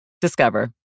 Discover